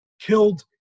killed